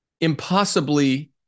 impossibly